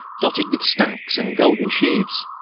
dotted with stacks and golden sheaves.